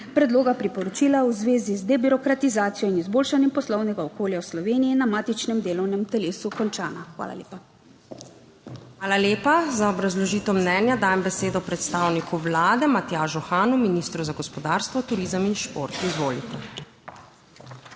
Predloga priporočila v zvezi z debirokratizacijo in izboljšanjem poslovnega okolja v Sloveniji na matičnem delovnem telesu končana. Hvala lepa. PREDSEDNICA MAG. URŠKA KLAKOČAR ZUPANČIČ: Hvala lepa. Za obrazložitev mnenja dajem besedo predstavniku Vlade, Matjažu Hanu, ministru za gospodarstvo, turizem in šport. Izvolite.